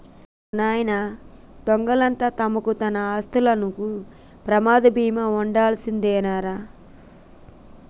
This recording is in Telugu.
ఓ నాయనా దొంగలంట తరమకు, మన ఆస్తులకి ప్రమాద బీమా ఉండాదిలే రా రా